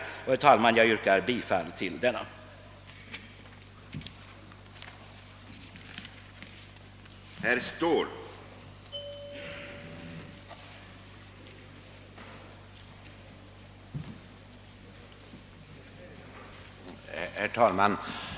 Herr talman! Jag ber att få yrka bifall till reservationen 1 a av herr Sundin m.fl.